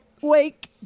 Wake